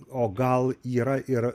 o gal yra ir